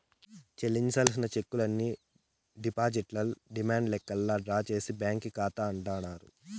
చెల్లించాల్సిన చెక్కుల్ని digital demand లెక్కల్లా డ్రా చేసే బ్యాంకీ కాతా అంటాండారు